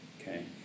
Okay